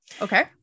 okay